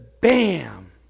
Bam